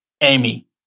Amy